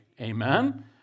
Amen